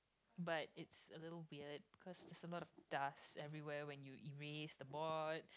but it's a little weird cause there's a lot of dust everywhere when you erase the board